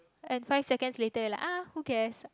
and five seconds later you are like ah who cares